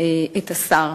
את השר